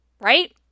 right